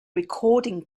recording